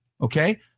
Okay